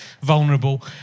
vulnerable